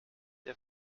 der